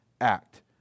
act